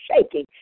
shaking